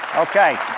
okay.